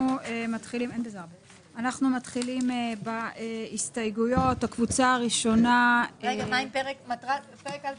אנחנו מתחילים בקבוצה הראשונה של